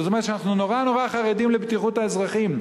זאת אומרת שאנחנו נורא נורא חרדים לבטיחות האזרחים.